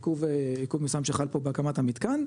עיכוב מסוים שחל פה בהקמת המתקן,